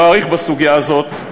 לא אאריך בסוגיה הזאת,